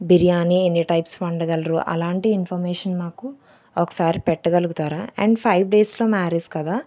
బిర్యానీ ఎన్ని టైప్స్ వండగలరు అలాంటి ఇన్ఫర్మేషన్ మాకు ఒకసారి పెట్టగలుగుతారా అండ్ ఫైవ్ డేస్లో మ్యారేజ్ కదా